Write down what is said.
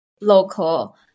local